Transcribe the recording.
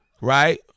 right